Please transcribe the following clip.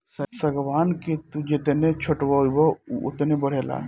सागवान के तू जेतने छठबअ उ ओतने बढ़ेला